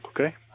okay